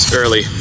early